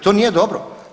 To nije dobro.